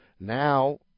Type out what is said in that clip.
now